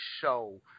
show